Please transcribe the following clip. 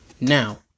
Now